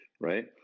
right